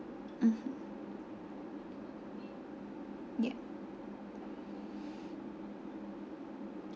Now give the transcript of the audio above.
mmhmm yeah